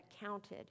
counted